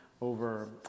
over